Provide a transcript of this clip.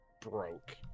broke